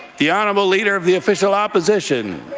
the honourable leader of the official opposition.